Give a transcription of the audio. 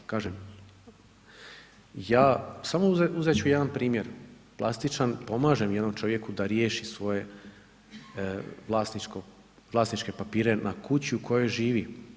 I kažem, ja sam o uzeti ću jedan primjer, plastičan, pomažem jednom čovjeku da riješi svoje vlasničko, vlasničke papire na kući u kojoj živi.